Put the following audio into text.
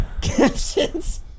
captions